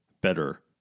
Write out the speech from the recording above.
better